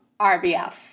RBF